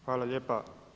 Hvala lijepa.